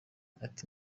ati